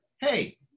hey